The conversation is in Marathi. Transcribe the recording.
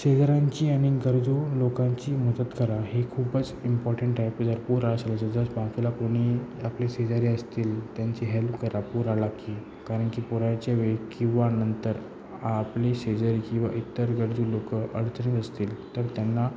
शेजाऱ्यांची आणि गरजू लोकांची मदत करा हे खूपच इम्पॉर्टंट आहे प जर पूर असल्याच्या जर बाजूला जर कोणी आपली शेजारी असतील त्यांची हेल्प करा पूर आला की कारणकी पूराच्या वेळ किंवा नंतर आपले शेजारी किंवा इतर गरजू लोक अडचणीत असतील तर त्यांना